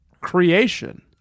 creation